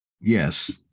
Yes